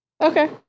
Okay